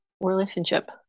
relationship